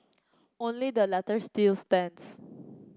only the latter still stands